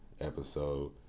episode